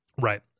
Right